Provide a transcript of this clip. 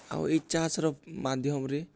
ଆଉ ଇ ଚାଷ୍ର ମାଧ୍ୟମ୍ରେ